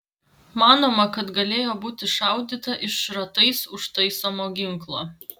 manoma kad galėjo būti šaudyta iš šratais užtaisomo ginklo